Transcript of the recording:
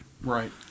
Right